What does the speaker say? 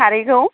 खारैखौ